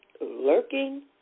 lurking